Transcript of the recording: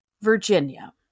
Virginia